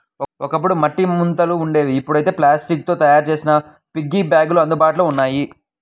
ఒకప్పుడు మట్టి ముంతలు ఉండేవి ఇప్పుడైతే ప్లాస్టిక్ తో తయ్యారు చేసిన పిగ్గీ బ్యాంకులు అందుబాటులో ఉన్నాయి